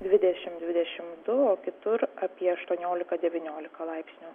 dvidešim dvidešim du o kitur apie aštuoniolika devyniolika laipsnių